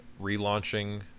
relaunching